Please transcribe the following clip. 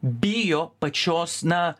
bijo pačios na